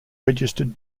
registered